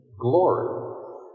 glory